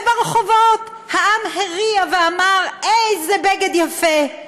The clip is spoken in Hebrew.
וברחובות העם הריע ואמר: איזה בגד יפה.